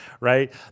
right